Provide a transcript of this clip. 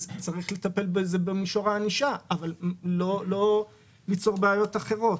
וצריך לטפל בזה במישור הענישה ולא ליצור בעיות אחרות.